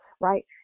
right